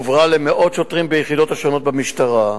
והועברה למאות שוטרים ביחידות השונות במשטרה.